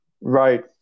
Right